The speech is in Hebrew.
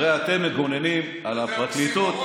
הרי אתם מגוננים על הפרקליטות,